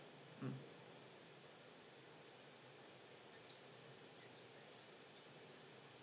mm